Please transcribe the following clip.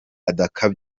ibyiyumviro